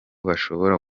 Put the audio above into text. bashobora